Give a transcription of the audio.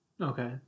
Okay